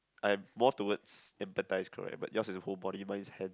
I'm more toward emphasize correct but yours is the whole body mine is hand